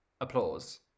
Applause